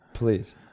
please